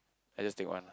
I just take one lah